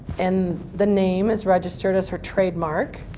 and the name is registered as her trademark.